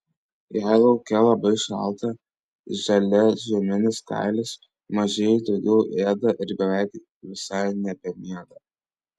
jei lauke labai šalta želia žieminis kailis mažieji daugiau ėda ir beveik visai nebemiega